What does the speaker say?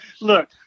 Look